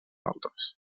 altres